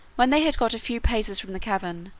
when they had got a few paces from the cavern,